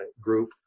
group